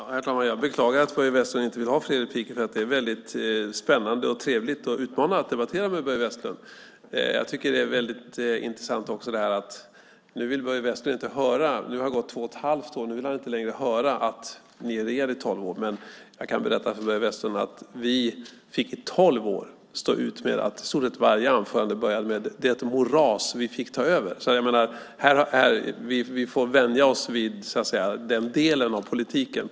Herr talman! Jag beklagar att Börje Vestlund inte vill ha fler inlägg, för det är väldigt spännande och trevligt och utmanande att debattera med Börje Vestlund. Jag tycker också att det är väldigt intressant att det nu har gått två och ett halvt år, och nu vill Börje Vestlund inte längre höra att man regerade i tolv år. Men jag kan berätta för Börje Vestlund att vi i tolv år fick stå ut med att i stort sett varje anförande började med "det moras vi fick ta över". Vi får vänja oss vid den delen av politiken.